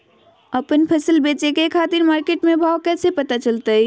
आपन फसल बेचे के खातिर मार्केट के भाव कैसे पता चलतय?